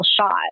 shot